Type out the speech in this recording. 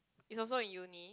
it's also in Uni